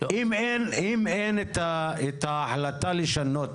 אם אין את ההחלטה לשנות,